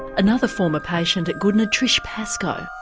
another former patient at goodna, trish pascoe.